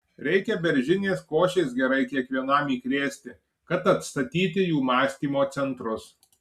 reikia beržinės košės gerai kiekvienam įkrėsti kad atstatyti jų mąstymo centrus